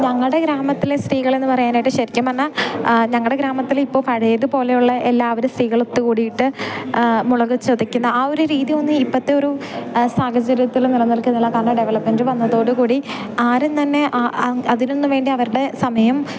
ഞങ്ങളുടെ ഗ്രാമത്തിലെ സ്ത്രീകളെന്ന് പറയാനായിട്ട് ശരിക്കും പറഞ്ഞാൽ ഞങ്ങളുടെ ഗ്രാമത്തിൽ ഇപ്പോൾ പഴയത് പോലെയുള്ള എല്ലാവരും സ്ത്രീകൾ ഒത്തുകൂടിയിട്ട് മുളക് ചതക്കുന്ന ആ ഒരു രീതി ഒന്നും ഇപ്പോഴത്തെ ഒരു സാഹചര്യത്തിൽ നിലനിൽക്കുന്നില്ല കാരണം ഡെവലപ്മെൻറ് വന്നതോടുകൂടി ആരും തന്നെ അതിനൊന്നും വേണ്ടി അവരുടെ സമയം